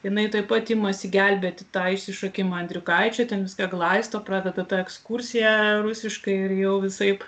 jinai tuoj pat imasi gelbėti tą išsišokimą andriukaičio ten viską glaisto pravedu ekskursiją rusiškai ir jau visaip